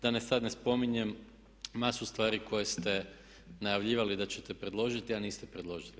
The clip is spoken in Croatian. Da sad ne spominjem masu stvari koje ste najavljivali da ćete predložiti a niste predložili.